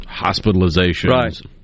hospitalizations